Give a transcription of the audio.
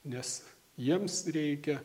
nes jiems reikia